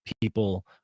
people